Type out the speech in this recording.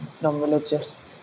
non-religious